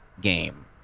game